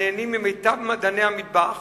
הנהנים ממיטב מעדני המטבח